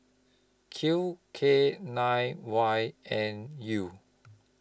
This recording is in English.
Q K nine Y N U